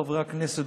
חברי הכנסת,